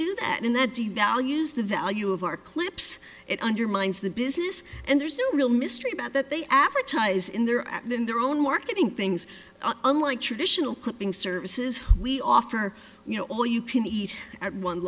do that in that devalues the value of our clips it undermines the business and there's no real mystery about that they advertise in there at the in their own marketing things unlike traditional clipping services we offer you know all you can eat at one